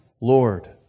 Lord